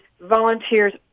volunteers